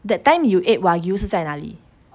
that time you ate waygu 是在哪里